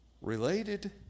related